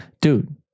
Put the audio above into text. Dude